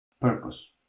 purpose